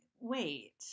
wait